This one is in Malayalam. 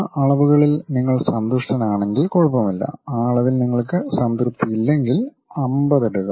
ആ അളവുകളിൽ നിങ്ങൾ സന്തുഷ്ടനാണെങ്കിൽ കുഴപ്പമില്ല ആ അളവിൽ നിങ്ങൾക്ക് സംതൃപ്തി ഇല്ലെങ്കിൽ 50 ഇടുക